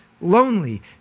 lonely